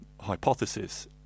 hypothesis